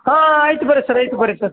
ಹಾಂ ಆಂ ಐತೆ ಬನ್ರಿ ಸರ್ ಐತೆ ಬನ್ರಿ ಸರ್